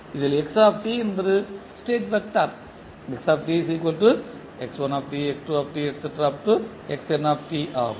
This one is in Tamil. இதில் என்பது ஸ்டேட் வெக்டர் ஆகும்